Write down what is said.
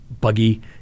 buggy